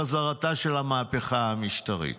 חזרתה של המהפכה המשטרית.